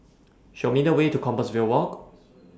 Show Me The Way to Compassvale Walk